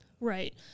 Right